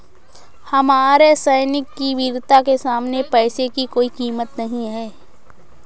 हमारे सैनिक की वीरता के सामने पैसे की कोई कीमत नही है